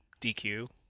DQ